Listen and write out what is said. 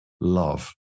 love